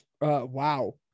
Wow